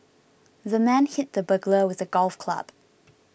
the man hit the burglar with a golf club